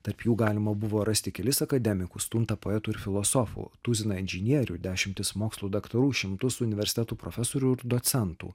tarp jų galima buvo rasti kelis akademikus tuntą poetų ir filosofų tuziną inžinierių dešimtis mokslų daktarų šimtus universitetų profesorių docentų